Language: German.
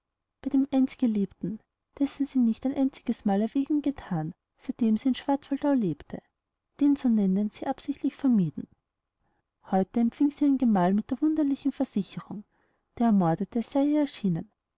bei dem einst geliebten dessen sie nicht ein einzigesmal erwähnung gethan seitdem sie in schwarzwaldau lebte den zu nennen sie absichtlich vermieden heute empfing sie ihren gemal mit der wunderlichen versicherung der ermordete sei ihr erschienen